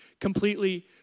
completely